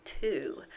two